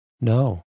No